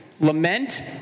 lament